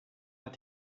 hat